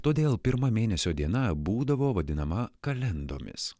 todėl pirma mėnesio diena būdavo vadinama kalendomis